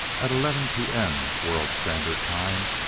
at eleven p. m, world standard time,